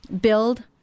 Build